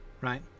right